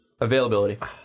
Availability